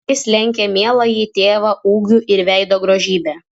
jis lenkia mieląjį tėvą ūgiu ir veido grožybe